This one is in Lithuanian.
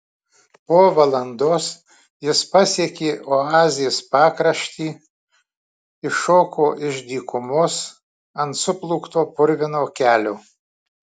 po valandos jis pasiekė oazės pakraštį iššoko iš dykumos ant suplūkto purvino kelio